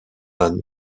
van